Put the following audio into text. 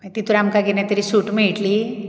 मागीर तितूर आमकां किदें तरी सूट मेळटली